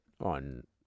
on